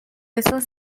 esos